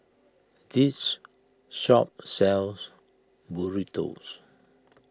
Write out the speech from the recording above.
this shop sells Burritos